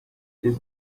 this